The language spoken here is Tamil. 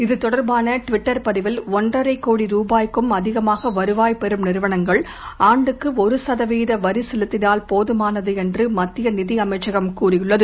இது தொடர்பாள ட்விட்டர் பதிவில் ஒன்றரை கோடி ருபாய்க்கும் அதிகமாக வருவாய் பெறும் நிறுவனங்கள் ஆண்டுக்கு ஒரு சதவீத வரி செலுத்தினால் போதமானது என்று மத்திய நிதி அமைச்சகம் கூறியுள்ளது